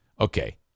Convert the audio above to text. Okay